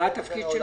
מה התפקיד שלך?